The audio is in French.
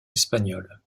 espagnole